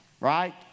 Right